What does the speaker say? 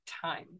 time